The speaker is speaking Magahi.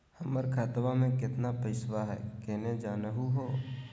हमर खतवा मे केतना पैसवा हई, केना जानहु हो?